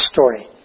story